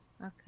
okay